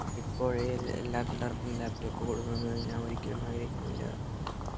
ഇപ്പോഴേ എല്ലാ പിള്ളേര്ക്കും ലാപ്ടോപ് കൊടുക്കണമെന്ന് ഞാന് ഒരിക്കലും ആഗ്രഹിക്കുന്നില്ല